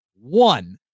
one